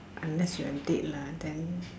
unless you are dead lah then